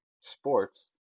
sports